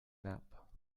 nap